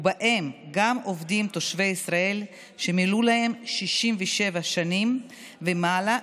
ובהם גם עובדים תושבי ישראל שמלאו להם 67 שנים ומעלה,